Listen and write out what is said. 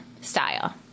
style